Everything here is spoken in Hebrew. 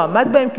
לא עמד בהם,